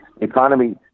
economy